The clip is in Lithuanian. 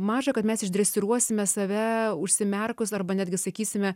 maža kad mes išdresiruosime save užsimerkus arba netgi sakysime